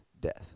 death